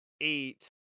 eight